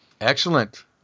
Excellent